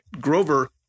Grover